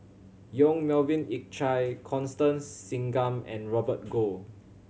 Yong Melvin Yik Chye Constance Singam and Robert Goh